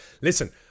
listen